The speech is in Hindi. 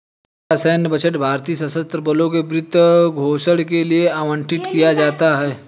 भारत का सैन्य बजट भारतीय सशस्त्र बलों के वित्त पोषण के लिए आवंटित किया जाता है